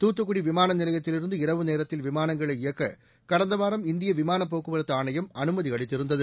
தூத்துக்குடி விமான நிலையத்திலிருந்து இரவு நேரத்தில் விமானங்களை இயக்க கடந்த வாரம் இந்திய விமானப் போக்குவரத்து ஆணையம் அனுமதி அளித்திருந்தது